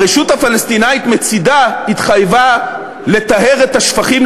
הרשות הפלסטינית מצדה התחייבה לטהר את השפכים,